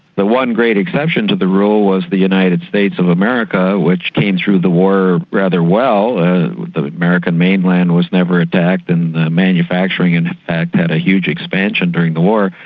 the one great exception to the rule was the united states of america, which came through the war rather well and the american mainland was never attacked, and manufacturing, in fact, had a huge expansion during the war,